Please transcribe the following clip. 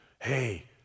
Hey